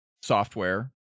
software